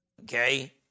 okay